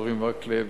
אורי מקלב,